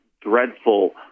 dreadful